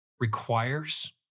requires